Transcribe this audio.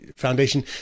foundation